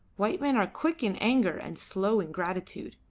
white men are quick in anger and slow in gratitude.